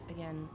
Again